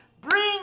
Bring